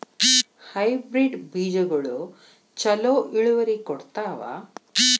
Hybrid ಬೇಜಗೊಳು ಛಲೋ ಇಳುವರಿ ಕೊಡ್ತಾವ?